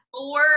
four